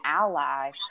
ally